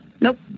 Nope